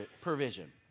provision